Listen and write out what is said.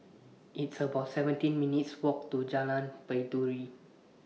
It's about seventeen minutes' Walk to Jalan Baiduri